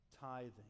tithing